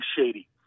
shady